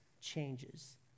changes